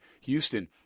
Houston